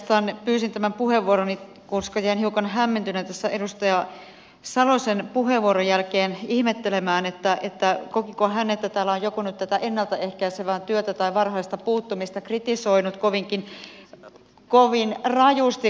oikeastaan pyysin tämän puheenvuoroni koska jäin hiukan hämmentyneenä tässä edustaja salosen puheenvuoron jälkeen ihmettelemään kokiko hän että täällä on joku nyt tätä ennalta ehkäisevää työtä tai varhaista puuttumista kritisoinut kovin rajusti